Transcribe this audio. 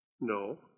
No